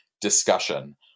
discussion